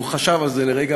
הוא חשב על זה לרגע,